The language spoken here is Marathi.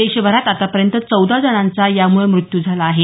देशभरात आतापर्यंत चौदा जणांचा यामुळे मृत्यू झाला आहे